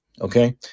Okay